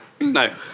No